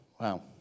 Wow